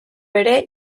ere